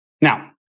Now